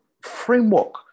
framework